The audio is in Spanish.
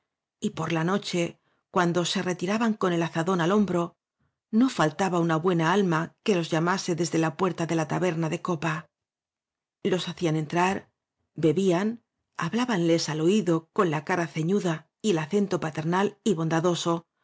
y por la noche cuando se retiraban con el azadón al hombro no fal taba una buena alma que los llamase desde la puerta de la taberna de copa los hacían en trar bebían hablábanles al oído con la cara ceñuda y el acento paternal y bondadoso